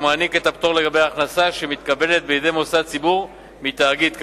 ומעניק את הפטור לגבי ההכנסה שמתקבלת בידי מוסד ציבורי מתאגיד כאמור.